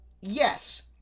yes